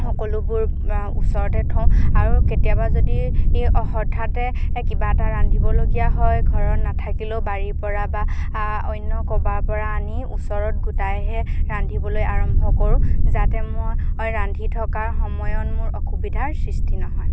সকলোবোৰ ওচৰতে থওঁ আৰু কেতিয়াবা যদি হঠাতে কিবা এটা ৰান্ধিবলগীয়া হয় ঘৰত নাথাকিলেও বাৰীৰ পৰা বা অন্য ক'ৰবাৰ পৰা আনি ওচৰত গোটাইহে ৰান্ধিবলৈ আৰম্ভ কৰোঁ যাতে মই ৰান্ধি থকাৰ সময়ত মোৰ অসুবিধাৰ সৃষ্টি নহয়